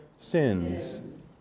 sins